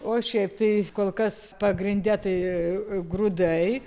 o šiaip tai kol kas pagrinde tai grūdai